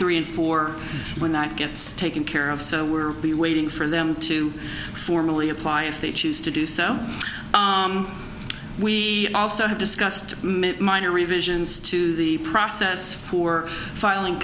three and four when that gets taken care of so we're waiting for them to formally apply if they choose to do so we also have discussed minor revisions to the process for filing